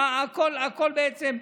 הכול בעצם,